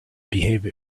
behave